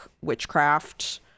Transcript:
witchcraft